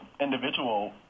individual